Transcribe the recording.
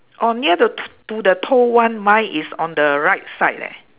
oh near to t~ to the toe one mine is on the right side leh